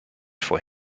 for